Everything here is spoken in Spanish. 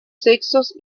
sexos